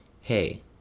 hey